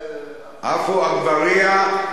עפו אגבאריה.